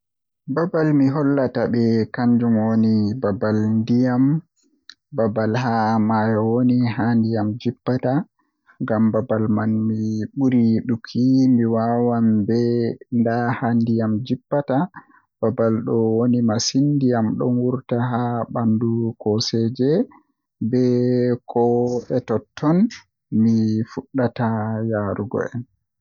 Babal mi hollata ɓe kannjum woni babal ndiyam babal haa mayo woni haa ndiyam jippata, Ngam babal man mi ɓuri yiɗuki mi wiyan ɓe nda ha ndiyam jippata babal ɗo wooɗi masin ndiyam ɗon wurta haa bandu kooseje be ka'e totton mi fuɗɗata yarugo ɓe